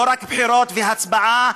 לא רק בחירות והצבעה,